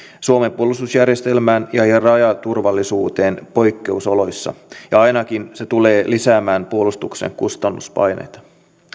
suomen puolustusjärjestelmään ja ja rajaturvallisuuteen poikkeusoloissa ja ainakin se tulee lisäämään puolustuksen kustannuspaineita